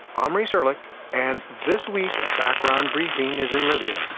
um reese erlich and this week background briefing is in libya,